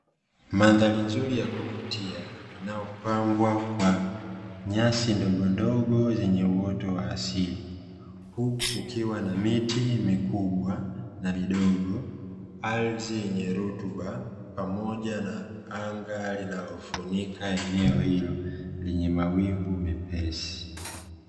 Mandhari nzuri ya kuvutia, inayopambwa kwa nyasi ndogondogo zenye uoto wa asili, huku kukiwa na miti mikubwa na midogo, ardhi yenye rutuba pamoja na anga linalofunika eneo hilo, lenye mawingu mepesi.